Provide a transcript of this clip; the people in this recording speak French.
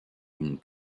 une